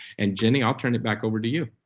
and jenny, i'll turn it back over to you.